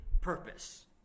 purpose